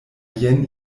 jen